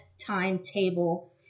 timetable